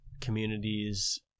communities